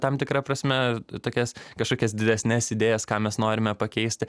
tam tikra prasme tokias kažkokias didesnes idėjas ką mes norime pakeisti